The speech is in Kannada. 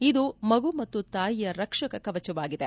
ಇದು ಮಗು ಮತ್ತು ತಾಯಿಯ ರಕ್ಷಕ ಕವಚವಾಗಿದೆ